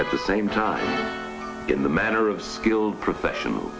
at the same time in the manner of skilled professional